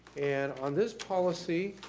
and on this policy,